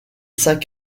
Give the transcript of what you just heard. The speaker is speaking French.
saint